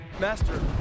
Master